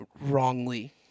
wrongly